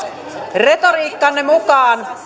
retoriikkanne mukaan